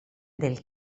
del